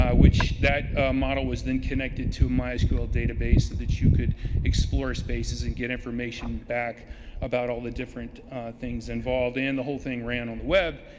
ah which that model was then connected to my sql database so that you could explore spaces and get information back about all the different things involved. and the whole thing ran on the web.